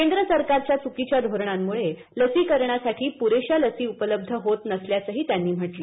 केंद्र सरकारच्या चुकीच्या धोरणांमुळे लसीकरणासाठी पुरेशा लसी उपलब्ध होत नसल्याचंही त्यांनी म्हटलं